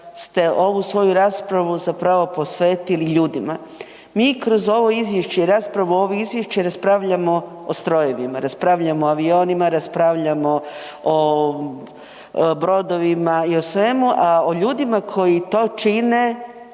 ste svoju ovu raspravu posvetili ljudima. Mi kroz ovo izvješće i raspravom o ovom izvješću raspravljamo o strojevima, raspravljamo o avionima, raspravljamo o brodovima i o svemu, a o ljudima koji to čine